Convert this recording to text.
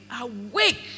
Awake